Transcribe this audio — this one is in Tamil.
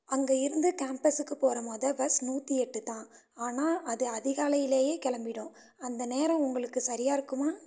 அங்கே இருந்து கேம்பஸுக்கு போகிற முதல் பஸ் நூற்றி எட்டு தான் ஆனால் அது அதிகாலையிலேயே கிளம்பிடும் அந்த நேரம் உங்களுக்கு சரியா இருக்குமா